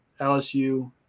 LSU